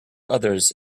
others